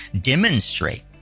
demonstrate